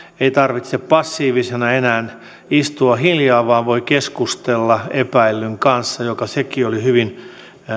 ei tarvitse passiivisena enää istua hiljaa vaan voi keskustella epäillyn kanssa mikä sekin oli hyvin